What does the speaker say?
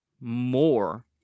more